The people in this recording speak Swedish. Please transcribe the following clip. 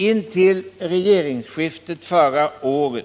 Intill regeringsskiftet förra året